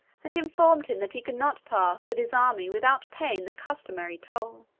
and informed him that he could not pass with his army without paying the customary toll.